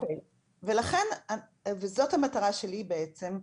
ולכן וזאת גם המטרה שלי בעצם,